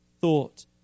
thought